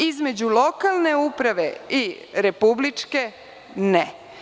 Između lokalne uprave i republičke, ne.